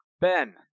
Ben